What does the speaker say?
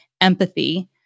empathy